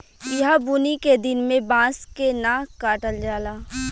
ईहा बुनी के दिन में बांस के न काटल जाला